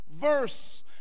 verse